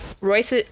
royce